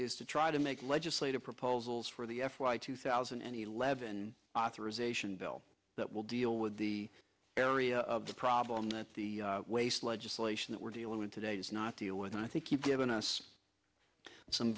is to try to make legislative proposals for the f y two thousand and eleven authorization bill that will deal with the area of the problem that the waste legislation that we're dealing with today is not deal with i think you've given us some